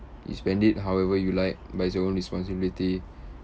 you spend it however you like but it's your own responsibility